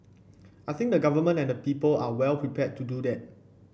I think the Government and the people are well prepared to do that